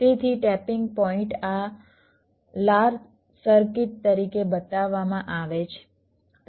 તેથી tapping point આ લાલ સર્કિટ તરીકે બતાવવામાં આવે છે